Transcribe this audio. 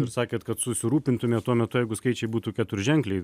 ir sakėt kad susirūpintumėt tuo metu jeigu skaičiai būtų keturženkliai